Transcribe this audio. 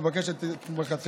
ומבקש את תמיכתכם.